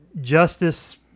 Justice